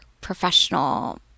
professional